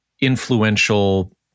influential